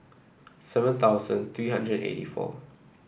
seven thousand three hundred and eighty four